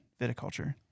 Viticulture